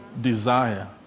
Desire